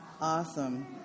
Awesome